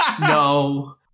No